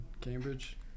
Cambridge